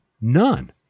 None